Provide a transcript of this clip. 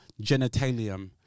genitalium